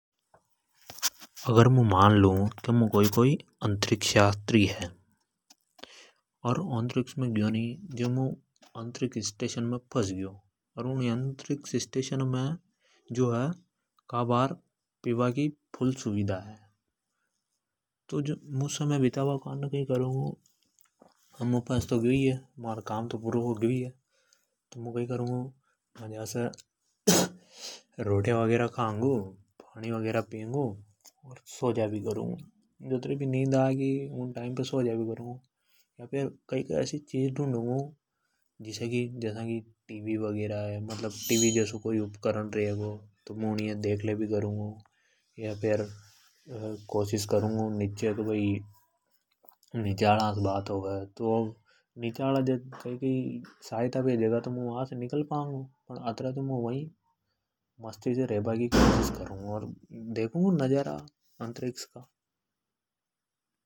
अगर मुं मान लू की मुं एक अन्तरिक्ष यात्री है। अर मुं अन्तरिक्ष मे ग्यो अर फस ग्यो। अर महारे घने खाबा पीबा की फुल सुविदा है। तो मुं समय बिताबा कानने कई करूंगु की मजा से रोटीया वैगरा खांगु अर सो जा भी करूँगु। या असा को कोई उपकरण डुंडूगु जस्या की टी वी वैगरा है उनी है देख ले भी करूगु। अर कोशिश करूँगु की निचे हाला से बात होवे। और वे मैं वा से निकाल ले। अत्रे तो वही मजा से रेनगु । अर देखूँगु अंतरिक्ष का नजारा।